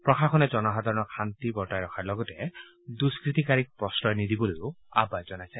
প্ৰশাসনে জনসাধাৰণক শান্তি বৰ্তাই ৰাখাৰ লগতে দুষ্কতিকাৰীক প্ৰশ্ৰয় নিদিবলৈও আহ্বান জনাইছে